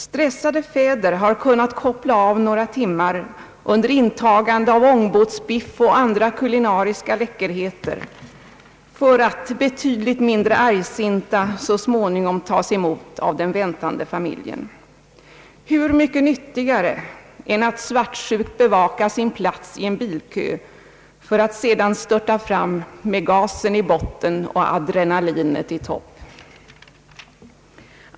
Stressade fäder har kunnat koppla av några timmar under intagande av ångbåtsbiff och andra kulinariska läckerheter för att betydligt mindre argsinta så småningom tas emot av den väntande familjen. Hur mycket nyttigare än att svartsjukt bevaka sin plats i en bilkö för att sedan störta fram med gasen i botten och adrenaliet i topp!